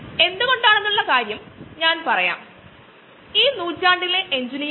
അതോടൊപ്പം ചില വിവരങ്ങൾ നല്ല വഴിയിൽ അറിയന്നു ഒരു ബോറടിപ്പികാത്ത വഴിയിലൂടെ അത് ഉപയോഗപ്രദമായേക്കും